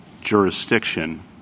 jurisdiction